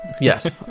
yes